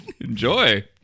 enjoy